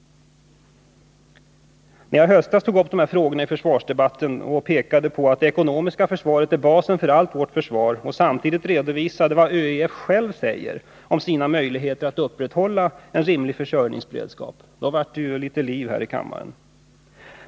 När jag i höstas tog upp de här frågorna i försvarsdebatten och pekade på att det ekonomiska försvaret är basen för allt vårt försvar och samtidigt redovisade vad ÖEF själv anser om sina möjligheter att upprätthålla en rimlig försörjningsberedskap blev det liv här i kammaren.